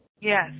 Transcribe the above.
Yes